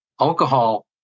alcohol